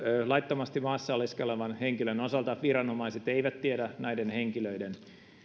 laittomasti maassa oleskelevan henkilön osalta viranomaiset eivät tiedä näiden henkilöiden